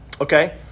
Okay